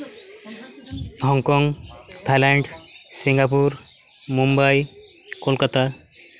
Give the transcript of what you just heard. Hong Kong Thailand Singapore Mumbai Kolkata